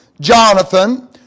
Jonathan